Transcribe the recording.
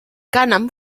cànem